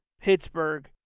Pittsburgh